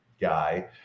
guy